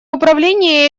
управление